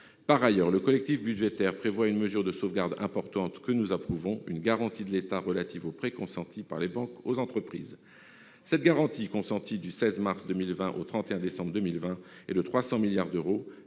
Par ailleurs, le collectif budgétaire prévoit une mesure de sauvegarde importante, que nous approuvons : une garantie de l'État relative aux prêts consentis par les banques aux entreprises. Assurée du 16 mars 2020 au 31 décembre 2020, elle atteint 300 milliards d'euros.